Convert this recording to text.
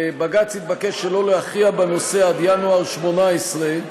ובג"ץ התבקש שלא להכריע בנושא עד ינואר 2018,